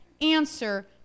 answer